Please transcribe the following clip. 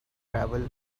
travel